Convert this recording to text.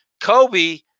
Kobe